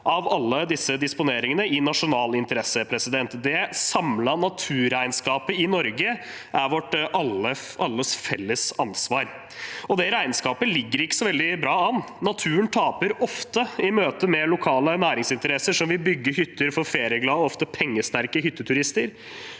av alle disse disponeringene i nasjonal interesse. Det samlede naturregnskapet i Norge er alles felles ansvar. Det regnskapet ligger ikke så veldig godt an. Naturen taper ofte i møte med lokale næringsinteresser som vil bygge hytter for ferieglade og ofte pengesterke hytteturister.